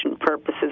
purposes